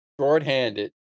shorthanded